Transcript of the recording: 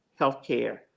healthcare